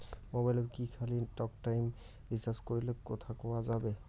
মোবাইলত কি খালি টকটাইম রিচার্জ করিলে কথা কয়া যাবে?